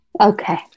Okay